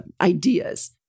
ideas